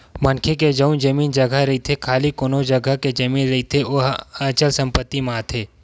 मनखे के जउन जमीन जघा रहिथे खाली कोनो जघा के जमीन रहिथे ओहा अचल संपत्ति म आथे